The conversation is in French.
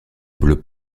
bleu